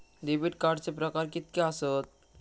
Debit कार्डचे प्रकार कीतके आसत?